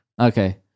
Okay